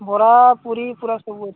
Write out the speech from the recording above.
ବରା ପୁରୀ ପୁରା ସବୁ ଅଛି